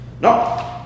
No